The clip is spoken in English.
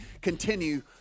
continue